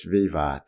Viva